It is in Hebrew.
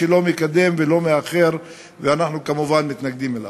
שלא מקדם ולא מאחר, ואנחנו כמובן מתנגדים לו.